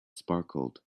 sparkled